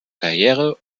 karriere